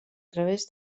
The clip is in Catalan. través